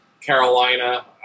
Carolina